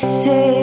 say